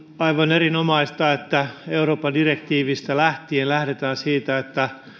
erinomaista että euroopan unionin direktiivistä lähtien lähdetään siitä että